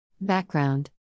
Background